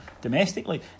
domestically